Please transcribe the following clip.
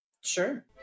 sure